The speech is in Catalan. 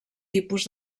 tipus